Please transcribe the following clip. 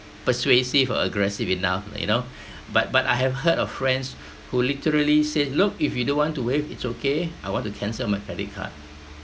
persuasive or aggressive enough like you know but but I have heard of friends who literally said look if you don't want to waive it's okay I want to cancel my credit card